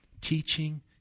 teaching